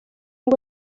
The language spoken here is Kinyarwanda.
ngo